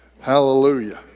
Hallelujah